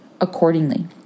accordingly